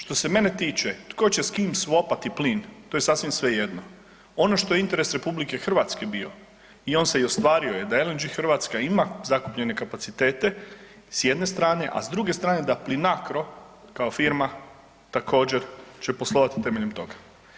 Što se mene tiče, tko će s kim svopati plin to je sasvim svejedno, ono što je interes RH bio i on se i ostvario je da LNG Hrvatska ima zakupljene kapacitete s jedne strane, a s druge strane da Plinacro kao firma također će poslovati temeljem toga.